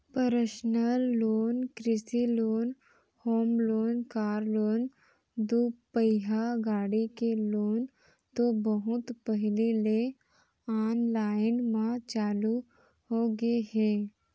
personal loan, कृषि loan, home loan, car loan, दुपहिया गाड़ी के लोन तो बहुत पहिली ले आनलाइन म चालू होगे हे